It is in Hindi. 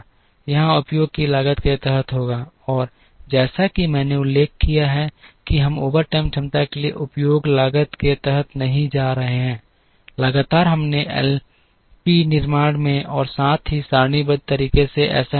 और जैसा कि मैंने उल्लेख किया है कि हम ओवरटाइम क्षमता के लिए उपयोग लागत के तहत नहीं जा रहे हैं लगातार हमने एलपी निर्माण में और साथ ही सारणीबद्ध तरीके से ऐसा नहीं किया